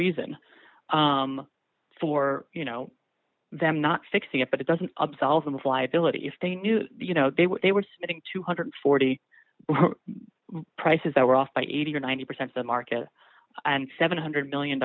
reason for you know them not fixing it but it doesn't absolve them of liability if they knew you know they were getting two hundred and forty prices that were off by eighty or ninety percent of the market and seven hundred million